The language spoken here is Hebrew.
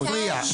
הוא מפריע.